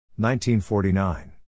1949